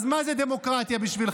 אז מה זו דמוקרטיה בשבילכם?